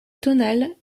tonale